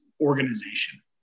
organization